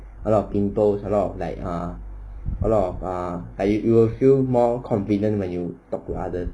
a lot of pimples a lot of like err a lot of uh you will feel more confident when you talk rather